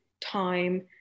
time